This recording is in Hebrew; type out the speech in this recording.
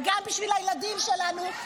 וגם בשביל הילדים שלנו,